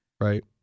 right